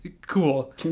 cool